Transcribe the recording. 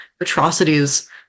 atrocities